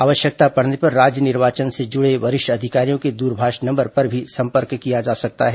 आवश्यकता पड़ने पर राज्य निर्वाचन से जुड़े वरिष्ठ अधिकारियों के दूरभाष नंबर पर भी संपर्क किया जा सकता है